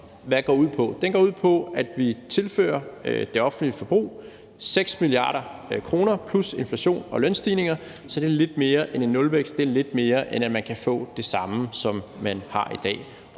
hvad går ud på. Den går ud på, at vi tilfører det offentlige forbrug 6 mia. kr. plus inflation og lønstigninger. Så det er lidt mere end en nulvækst; det er lidt mere, end at man kan få det samme, som man har i dag.